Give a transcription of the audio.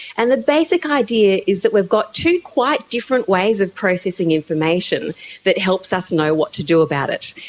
and the basic idea is that we've got two quite different ways of processing information that helps us know what to do about it.